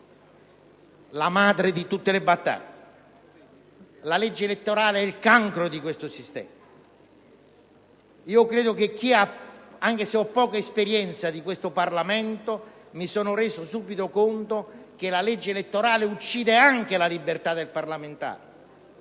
la madre di tutte le battaglie. La legge elettorale è il cancro di questo sistema. Anche se ho poca esperienza di questo Parlamento, mi sono reso subito conto che la legge elettorale uccide la libertà del parlamentare,